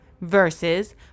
Versus